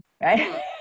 Right